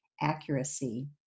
accuracy